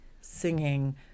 singing